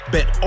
Bet